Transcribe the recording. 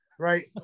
Right